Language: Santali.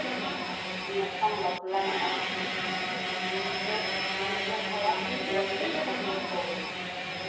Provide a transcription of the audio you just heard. ᱢᱮᱫᱴᱟᱝ ᱵᱟᱯᱞᱟ ᱢᱮᱱᱟᱜ ᱛᱤᱧᱟ ᱮᱱᱦᱤᱞᱟᱹᱜ ᱠᱩᱲᱤ ᱡᱚᱱ ᱦᱚᱲᱟᱜ ᱡᱚᱢ ᱧᱩ ᱟᱹᱜᱩ ᱦᱚᱴᱚ ᱟᱹᱧ ᱢᱮ